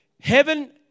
heaven